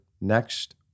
next